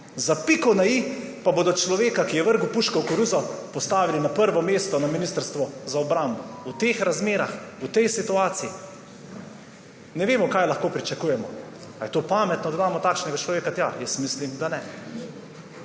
Za piko na i pa bodo človeka, ki je vrgel puško v koruzo, postavili na prvo mesto na ministrstvu za obrambo. V teh razmerah, v tej situaciji ne vemo, kaj lahko pričakujemo. A je pametno, da damo takšnega človeka tja? Jaz mislim, da ne.